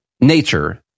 nature